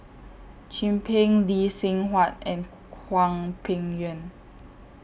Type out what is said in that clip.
Chin Peng Lee Seng Huat and Hwang Peng Yuan